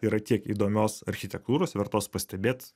yra tiek įdomios architektūros vertos pastebėt